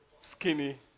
skinny